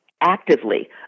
actively